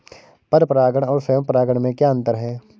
पर परागण और स्वयं परागण में क्या अंतर है?